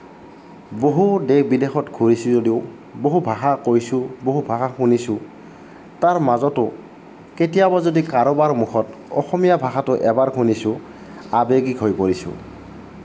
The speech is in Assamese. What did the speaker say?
বহু দেশ বিদেশত গৈছো যদিও বহু ভাষা কৈছো বহু ভাষা শুনিছো তাৰ মাজতো কেতিয়াবা যদি কাৰোবাৰ মুখত অসমীয়া ভাষাটো এবাৰ শুনিছো আৱেগিক হৈ পৰিছো